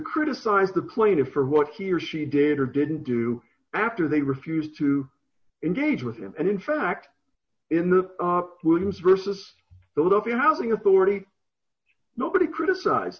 criticize the plaintiff for what he or she did or didn't do after they refused to engage with him and in fact in the op williams versus the fee housing authority nobody criticized